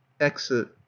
Exit